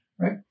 right